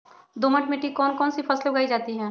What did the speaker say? दोमट मिट्टी कौन कौन सी फसलें उगाई जाती है?